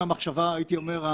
הייתי אומר: